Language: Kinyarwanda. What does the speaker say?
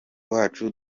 wacu